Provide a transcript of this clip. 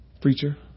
Preacher